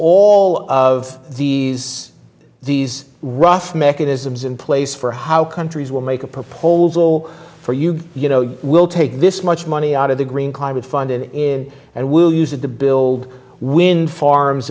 all of these these rough mechanisms in place for how countries will make a proposal for you you know we'll take this much money out of the green climate fund in and we'll use it to build wind farms